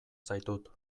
zaitut